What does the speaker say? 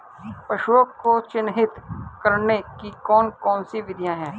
पशुओं को चिन्हित करने की कौन कौन सी विधियां हैं?